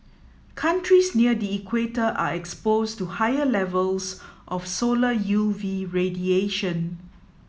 countries near the equator are exposed to higher levels of solar U V radiation